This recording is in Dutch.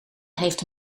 heeft